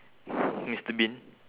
mister bean